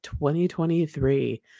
2023